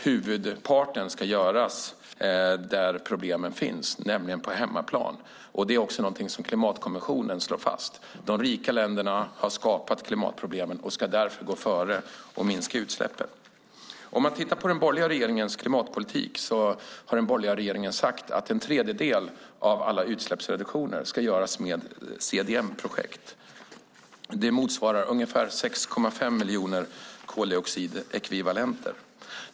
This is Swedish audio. Huvudparten ska användas där problemen finns, nämligen på hemmaplan, vilket också klimatkonventionen slår fast. De rika länderna har skapat klimatproblemen och ska därför gå före och minska utsläppen. Om vi tittar på den borgerliga regeringens klimatpolitik ser vi att en tredjedel av alla utsläppsreduktioner ska göras genom CDM-projekt. Det motsvarar ungefär 6,5 miljoner koldioxidekvivalenter.